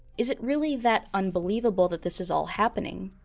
is it really that unbelievable that this is all happening?